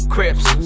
Crips